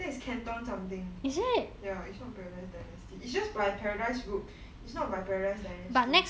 that is canton something ya it's not paradise dynasty it's just by paradise root it's not by paradise dynasty